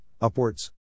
upwards